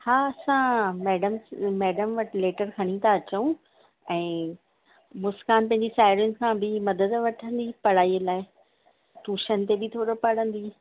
हा असां madam madam वटि लेटर खणी था अचूं ऐं मुस्कान पंहिंजी साहेड़ियुनि सां बि मदद वठंदी पढ़ाई लाइ टूशन ते बि थोरो पढ़ंदी